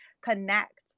connect